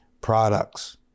products